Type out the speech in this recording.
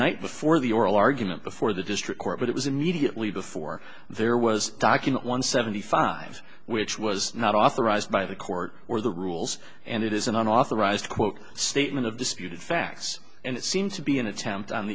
night before the the oral argument before the district court but it was immediately before there was a document one seventy five which was not authorized by the court or the rules and it is an authorized quote statement of disputed facts and it seems to be an attempt on